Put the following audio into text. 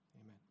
Amen